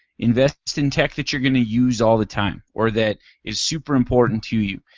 invest in tech that you're going to use all the time or that is super important to you.